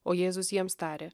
o jėzus jiems tarė